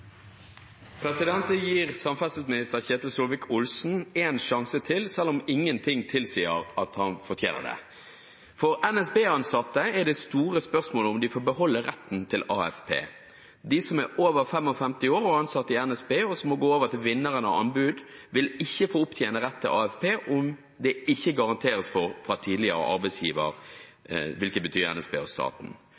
Jeg gir samferdselsminister Ketil Solvik-Olsen én sjanse til, selv om ingenting tilsier at han fortjener det. For NSB-ansatte er det store spørsmålet om de får beholde retten til AFP. De som er over 55 år og ansatt i NSB, og som må gå over til vinneren av anbud, vil ikke få opptjene rett til AFP om det ikke garanteres for fra tidligere arbeidsgiver,